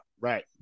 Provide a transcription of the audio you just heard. Right